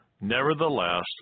Nevertheless